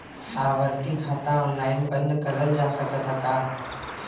आवर्ती खाता ऑनलाइन बन्द करल जा सकत ह का?